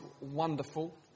wonderful